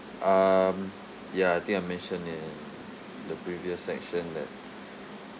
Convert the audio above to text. um ya I think I mentioned in the previous section that